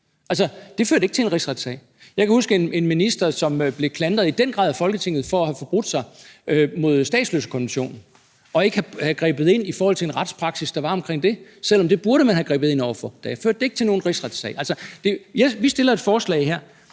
Det førte ikke til en rigsretssag. Jeg kan huske en minister, som i den grad blev klandret af Folketinget for at have forbrudt sig mod statsløsekonventionen og ikke have grebet ind i forhold til den retspraksis, der var med hensyn til det, selv om man burde have grebet ind over for det. Det førte ikke til nogen rigsretssag. Vi fremsætter